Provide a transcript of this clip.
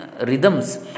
rhythms